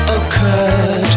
occurred